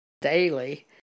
daily